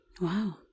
Wow